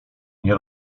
nie